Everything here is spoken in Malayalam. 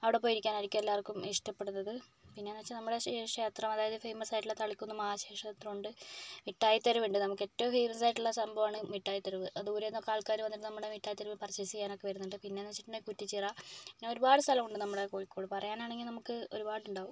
അവിടെ പോയി ഇരിക്കാനായിരിക്കും എല്ലാവർക്കും ഇഷ്ടപ്പെടുന്നത് പിന്നേന്ന് വെച്ചാൽ നമ്മളുടെ ക്ഷേത്രം അതായത് ഫെയിമസായിട്ടുള്ള തളിക്കുന്ന് മഹാശിവക്ഷേത്രം ഉണ്ട് മിട്ടയിത്തെരുവുണ്ട് നമുക്കേറ്റവും ഫെയിമസായിട്ടുള്ള സംഭവമാണ് മിട്ടായിതെരുവ് ദൂരെന്നൊക്കെ ആൾക്കാര് വന്നിട്ട് നമ്മുടെ മിട്ടായിത്തെരുവിൽ പർച്ചെയ്സ് ചെയ്യാനൊക്കെ വരുന്നുണ്ട് പിന്നേന്ന് വെച്ചിട്ടുണ്ടെങ്കിൽ കുറ്റിച്ചിറ പിന്നെ ഒരുപാട് സ്ഥലം ഉണ്ട് നമ്മുടെ കോഴിക്കോട് പറയ്നാണെങ്കിൽ നമുക്ക് ഒരുപാട് ഉണ്ടാവും